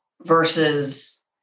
versus